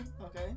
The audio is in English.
okay